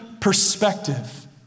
perspective